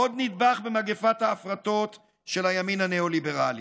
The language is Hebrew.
עוד נדבך במגפת ההפרטות של הימין הניאו-ליברלי.